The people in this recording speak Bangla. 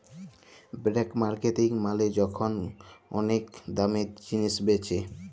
ব্ল্যাক মার্কেটিং মালে যখল ওলেক দামে জিলিস বেঁচে